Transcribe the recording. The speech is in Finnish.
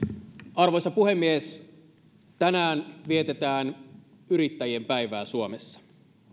arvoisa puhemies tänään vietetään yrittäjien päivää suomessa